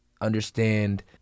understand